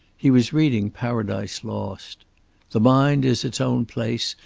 he was reading paradise lost the mind is its own place,